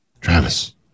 Travis